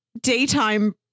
daytime